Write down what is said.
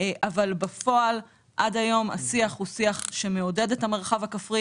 אבל בפועל עד היום השיח הוא שיח שמעודד את המרחב הכפרי